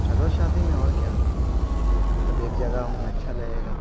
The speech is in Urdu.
چلو شادی میں اور کیا سب ایک جگہ ہوں گے اچھا لگے گا